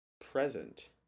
present